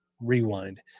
Rewind